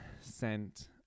sent